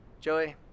Joey